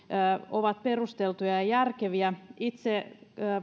ovat perusteltuja ja järkeviä itse